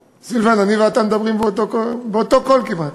סילבן, אני ואתה מדברים באותו קול כמעט.